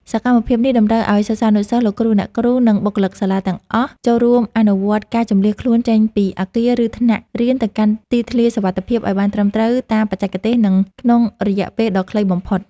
សកម្មភាពនេះតម្រូវឱ្យសិស្សានុសិស្ស លោកគ្រូអ្នកគ្រូ និងបុគ្គលិកសាលាទាំងអស់ចូលរួមអនុវត្តការជម្លៀសខ្លួនចេញពីអគារ ឬថ្នាក់រៀនទៅកាន់ទីធ្លាសុវត្ថិភាពឱ្យបានត្រឹមត្រូវតាមបច្ចេកទេស និងក្នុងរយៈពេលដ៏ខ្លីបំផុត។